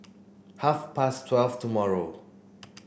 half past twelve tomorrow